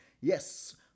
Yes